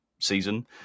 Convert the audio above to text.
season